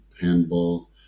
handball